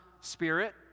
Spirit